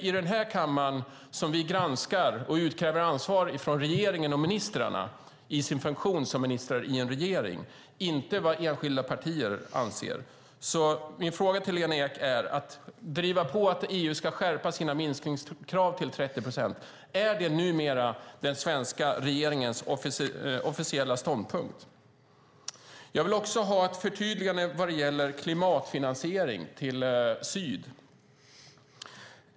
I den här kammaren granskar vi och utkräver ansvar från regeringen och ministrarna i deras funktion som ministrar i en regering, inte vad enskilda partier anser. Min fråga till Lena Ek är således: Är det numera den svenska regeringens officiella ståndpunkt att driva på att EU ska skärpa sina minskningskrav så att målet är 30 procent? Jag vill också ha ett förtydligande om klimatfinansiering i syd.